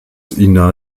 ina